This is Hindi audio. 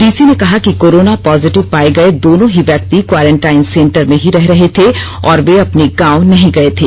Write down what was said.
डीसी ने कहा कि कोरोना र्पोजिटव पाये गये दोनों ही व्यक्ति क्वारंटाईन सेंटर में ही रह रहे थे और वे अपने गांव नहीं गये थे